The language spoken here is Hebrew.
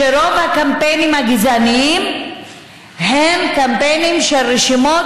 שרוב הקמפיינים הגזעניים הם קמפיינים של רשימות